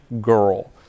girl